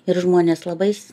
ir žmonės labais